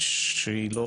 שהיא לא